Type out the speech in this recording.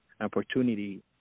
opportunity